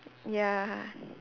ya